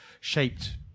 shaped